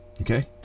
Okay